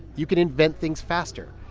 you can invent things faster.